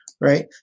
right